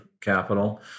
capital